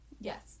Yes